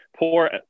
Poor